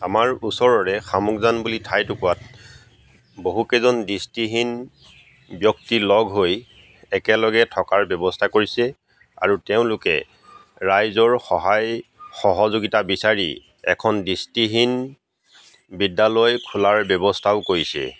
আমাৰ ওচৰৰে শামুকজান বুলি ঠাইটুকুৰত বহুকেইজন দৃষ্টিহীন ব্যক্তি লগ হৈ একেলগে থকাৰ ব্যৱস্থা কৰিছে আৰু তেওঁলোকে ৰাইজৰ সহায় সহযোগিতা বিচাৰি এখন দৃষ্টিহীন বিদ্যালয় খোলাৰ ব্যৱস্থাও কৰিছে